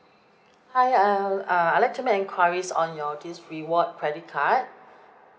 hi I'll uh I'd like to my enquiries on your this reward credit card